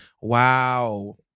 wow